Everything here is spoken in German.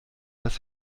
dass